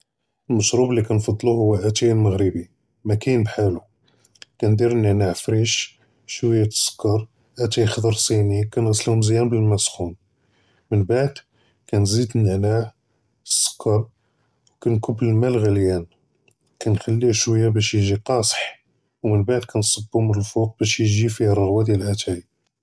אֶלְמַשְרוּב אֶלְלִי כַּאנְפַדְלּו הוּוָא אֲתַאי אֶלְמַרְבְּקִי, מָאקַיִן בְּחָאלוּ, כַּאנְדִיר אֶלְנְעְנַע פְרִיש שְווַיַّا דַאלְסֻּכּוּר, אֲתַאי חַדְר צִ'ינִי כַּאנְגְסְלוּ מְזְיַאן בְּאַלְמַא אֶסְסַּחְוּן, מֵבְעַד כַּאנְזִיד אֶלְנְעְנַע אֶלְסֻּכּוּר וְכַאנְקְבּּ אֶלְמַא אֶלְעַלְיַאן, כַּאנְחַלִּיֵה שְווַיַّا בַּש יִגִ'י קַאסֶח וּמֵבְעַד כַּאנְצְּבּוּ מִן עֻלַּא בַּש יִגִ'י פִיּוּה רְעוּת דִּיַאל אֲתַאי.